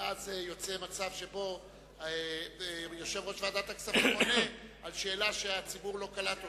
ואז יוצא מצב שיושב-ראש ועדת הכספים עונה על שאלה שהציבור לא קלט אותה.